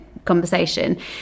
conversation